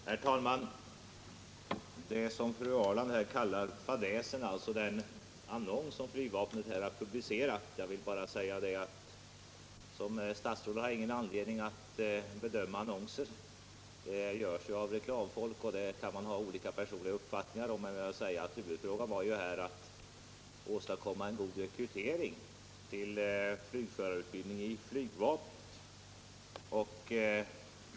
Herr talman! Med anledning av det som fru Ahrland kallar fadäsen, dvs. den annons som flygvapnet publicerat, vill jag säga att jag som statsråd inte har något skäl att bedöma annonser. Detta görs av reklamfolk, och man kan ha olika uppfattningar om hur det bör ske. Huvudsyftet var emellertid att försöka åstadkomma en god rekrytering till flygförarutbildning inom flygvapnet.